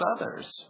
others